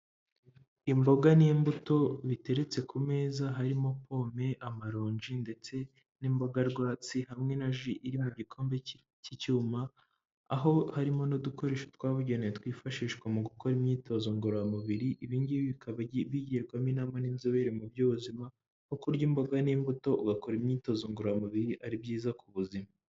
Imboga n'imbuto biteretse ku meza harimo pome, amaronji ndetse n'imboga rwatsi hamwe na ji iri mu gikombe cy'icyuma, aho harimo n'udukoresho twabugenewe twifashishwa mu gukora imyitozo ngororamubiri, ibi ngibi bikaba bigirwamo inama n'inzobere mu by'ubuzima, ko kurya imboga n'imbuto, ugakora imyitozo ngororamubiri ari byiza ku buzima.